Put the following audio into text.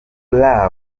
love